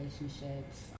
relationships